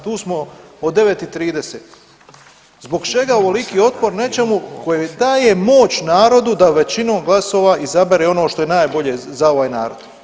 Tu smo od 9 i 30. zbog čega ovoliki otpor nečemu koje daje moć narodu da većinom glasova izabere ono što je najbolje za ovaj narod.